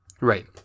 Right